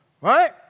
Right